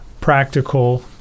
practical